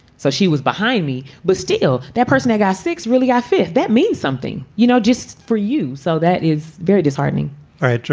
so she was behind me. but still, that person, i got six. really, i fear. that means something, you know, just for you. so that is very disheartening all right.